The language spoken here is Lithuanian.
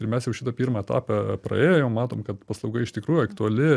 ir mes jau šitą pirmą etapą praėję jau matom kad paslauga iš tikrųjų aktuali